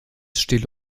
still